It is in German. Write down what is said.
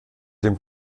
dem